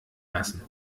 lassen